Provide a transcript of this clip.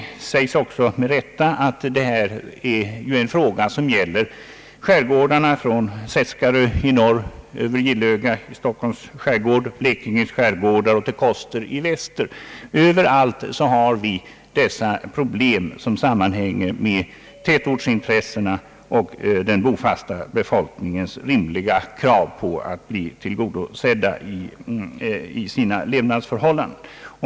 Det sägs också, med rätta, att detta är en fråga som gäller skärgårdarna från Seskarö i norr över Gillöga i Stockholms skärgård, Blekinge skärgårdar och till Koster i väster. Överallt har vi dessa problem som sammanhänger med tätortsintressena och den bofasta befolkningens rimliga krav på att bli tillgodosedd i sina levnadsförhållanden.